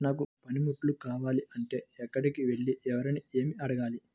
నాకు పనిముట్లు కావాలి అంటే ఎక్కడికి వెళ్లి ఎవరిని ఏమి అడగాలి?